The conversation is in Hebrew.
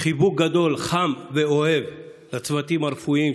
חיבוק גדול חם ואוהב לצוותים הרפואיים,